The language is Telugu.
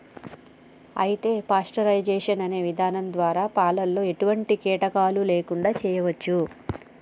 అయితే పాస్టరైజేషన్ అనే ఇధానం ద్వారా పాలలో ఎటువంటి కీటకాలు లేకుండా చేయచ్చు